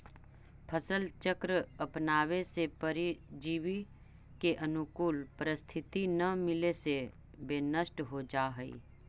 फसल चक्र अपनावे से परजीवी के अनुकूल परिस्थिति न मिले से वे नष्ट हो जाऽ हइ